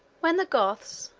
when the goths,